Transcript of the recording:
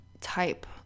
type